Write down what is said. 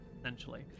essentially